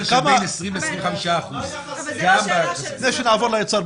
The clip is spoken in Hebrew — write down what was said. של בין 20% 25%. לפני שנעבור לאוצר,